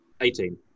Eighteen